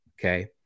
Okay